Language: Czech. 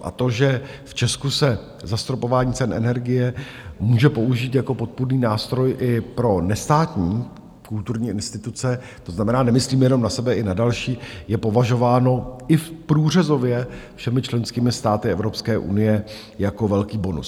A to, že v Česku se zastropování cen energie může použít jako podpůrný nástroj i pro nestátní kulturní instituce, to znamená, nemyslím jenom na sebe, ale i na další, je považováno i průřezově všemi členskými státy Evropské unie jako velký bonus.